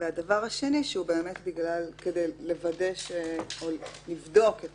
הדבר השני, שכדי לבדוק את